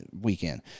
weekend